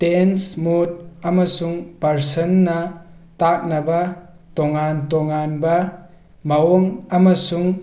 tents ꯃꯨꯠ ꯑꯃꯁꯨꯡ ꯄꯥꯔꯁꯟꯅ ꯇꯥꯛꯅꯕ ꯇꯣꯉꯥꯟ ꯇꯣꯉꯥꯟꯕ ꯃꯑꯣꯡ ꯑꯃꯁꯨꯡ